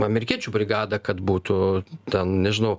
amerikiečių brigada kad būtų ten nežinau